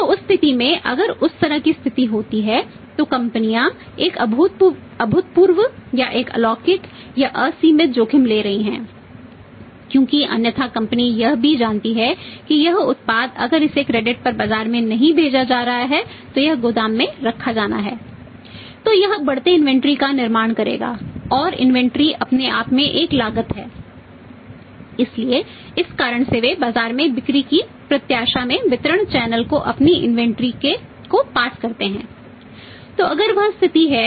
तो उस स्थिति में अगर उस तरह की स्थिति होती है तो कंपनियां एक अभूतपूर्व या एक अलौकिक या असीमित जोखिम ले रही हैं क्योंकि अन्यथा कंपनी यह भी जानती है कि यह उत्पाद अगर इसे क्रेडिट पर बाजार में नहीं भेजा जाता है तो यह गोदाम में रखा जाना है